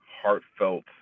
heartfelt